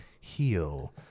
heal